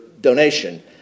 donation